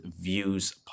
Views